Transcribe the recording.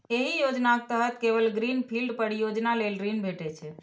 एहि योजना के तहत केवल ग्रीन फील्ड परियोजना लेल ऋण भेटै छै